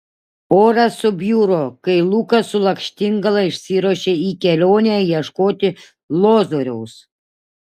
oras subjuro kai lukas su lakštingala išsiruošė į kelionę ieškoti lozoriaus